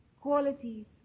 qualities